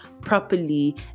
properly